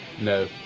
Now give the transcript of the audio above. No